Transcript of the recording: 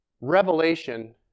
Revelation